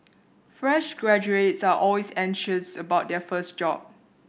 fresh graduates are always anxious about their first job